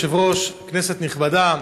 תודה, אדוני היושב-ראש, כנסת נכבדה,